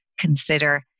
consider